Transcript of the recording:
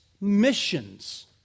missions